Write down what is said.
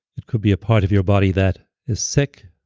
it could be a part of your body that is sick.